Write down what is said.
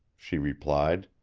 she replied.